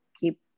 keep